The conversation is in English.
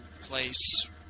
place